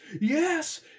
yes